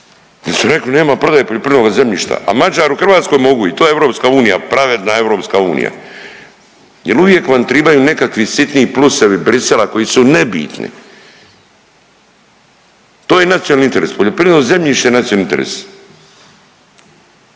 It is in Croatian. Jer su rekli nema prodaje poljoprivrednoga zemljišta, a Mađari u Hrvatskoj mogu i to je EU, pravedna EU. Jel uvijek vam tribaju nekakvi sitni plusevi Brisela koji su nebitni. To je nacionalni interes, poljoprivredno zemljište je nacionalni interes.